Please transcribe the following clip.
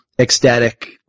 ecstatic